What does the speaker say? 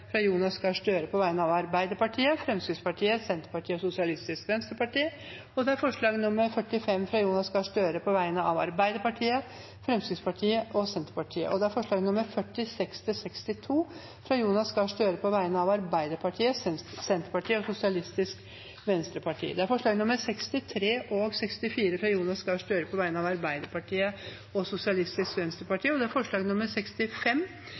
fra Jonas Gahr Støre på vegne av Arbeiderpartiet, Fremskrittspartiet og Senterpartiet forslagene nr. 46–62, fra Jonas Gahr Støre på vegne av Arbeiderpartiet, Senterpartiet og Sosialistisk Venstreparti forslagene nr. 63 og 64, fra Jonas Gahr Støre på vegne av Arbeiderpartiet og Sosialistisk Venstreparti forslag nr. 65, fra Jonas Gahr Støre på vegne av Arbeiderpartiet, Senterpartiet og Sosialistisk Venstreparti forslag nr. 66, fra Jonas Gahr Støre på vegne av Arbeiderpartiet og